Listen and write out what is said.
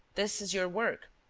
this is your work.